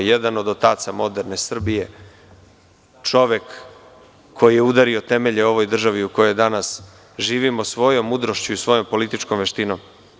On je jedan od otaca moderne Srbije, čovek koji je udario temelje ovoj državi u kojoj danas živimo svojom mudrošću i svojom političkom veštinom.